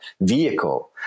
vehicle